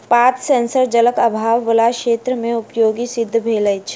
पात सेंसर जलक आभाव बला क्षेत्र मे उपयोगी सिद्ध भेल अछि